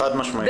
חד משמעית.